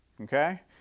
Okay